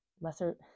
lesser